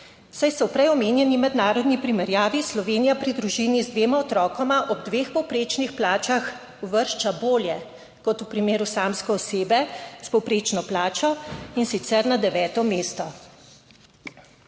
se v prej omenjeni mednarodni primerjavi Slovenija pri družini z dvema otrokoma ob dveh povprečnih plačah uvršča bolje, kot v primeru samske osebe s povprečno plačo, in sicer na 9. mesto.